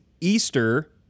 Easter